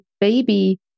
baby